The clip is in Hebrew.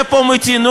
תהיה פה מתינות,